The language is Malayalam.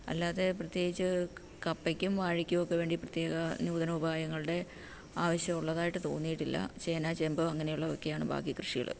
അല്ലാതെ പ്രത്യേകിച്ച് കപ്പയ്ക്കും വാഴയ്ക്കും ഒക്കെ വേണ്ടി പ്രത്യേക നൂതന ഉപായങ്ങളുടെ ആവശ്യം ഉള്ളതായിട്ട് തോന്നിയിട്ടില്ല ചേന ചേമ്പ് അങ്ങനെയുള്ളതൊക്കെയാണ് ബാക്കി കൃഷികൾ